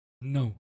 No